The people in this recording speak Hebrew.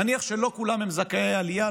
נניח שלא כולם הם זכאי עלייה,